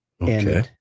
Okay